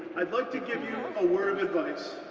i'd like to give you a word of advice.